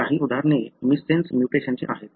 काही उदाहरणे मिससेन्स म्यूटेशनची आहेत